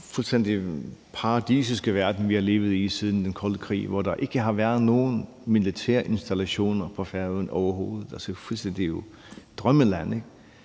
at den fuldstændig paradisiske verden, vi har levet i siden den kolde krig, hvor der ikke har været nogen militære installationer på Færøerne overhovedet, er et fuldstændigt drømmeland.